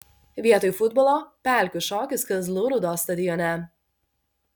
vietoj futbolo pelkių šokis kazlų rūdos stadione